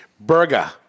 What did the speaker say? burger